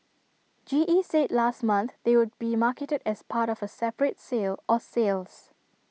G E said last month they would be marketed as part of A separate sale or sales